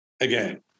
Again